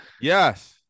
Yes